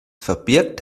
verbirgt